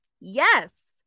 yes